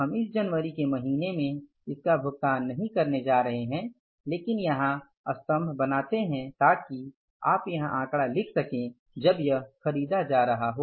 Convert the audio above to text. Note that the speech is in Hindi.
हम इस जनवरी के महीने में इसका भुगतान नहीं करने जा रहे हैं लेकिन यहां स्तम्भ बनाते हैं ताकि आप यहां आंकड़ा लिख सकें जब यह खरीदा जा रहा हो